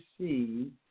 see